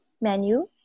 menu